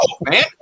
man